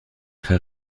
très